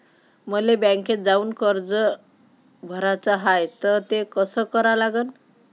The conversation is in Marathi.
मले बँकेत जाऊन कर्ज भराच हाय त ते कस करा लागन?